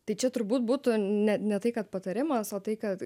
tai čia turbūt būtų ne ne tai kad patarimas o tai kad